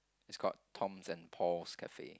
it's called Tom's and Paul's Cafe